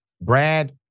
Brad